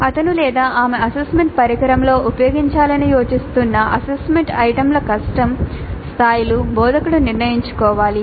అతను లేదా ఆమె అసెస్మెంట్ పరికరంలో ఉపయోగించాలని యోచిస్తున్న అసెస్మెంట్ ఐటమ్ల కష్టం స్థాయిలను బోధకుడు నిర్ణయించుకోవాలి